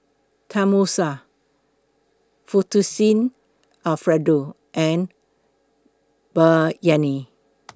Tenmusu Fettuccine Alfredo and Biryani